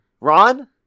Ron